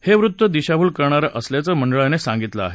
हे वृत्त दिशाभूल करणारं असल्याचं मंडळानं सांगितलं आहे